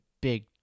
big